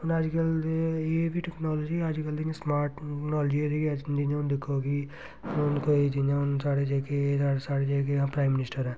हून अज्जकल दे एह् बी टैक्नोलाजी अज्जकल ते इयां स्मार्ट टैक्नोलाजी जियां अज्ज दिक्खो कि हून कोई जियां हून साढ़े जेह्के साढ़े जेह्के प्राइम मनिस्टर ऐ